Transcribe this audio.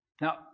Now